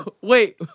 wait